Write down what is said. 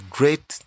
great